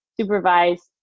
supervised